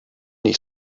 ich